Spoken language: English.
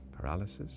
paralysis